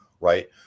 right